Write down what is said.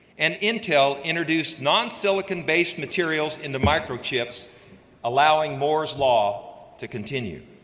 and intel introduced non-silicon based materials into microchips allowing moore's law to continue.